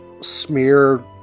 smear